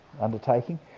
undertaking